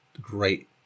great